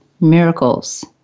Miracles